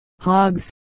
hogs